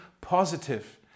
positive